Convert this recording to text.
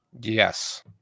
Yes